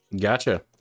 Gotcha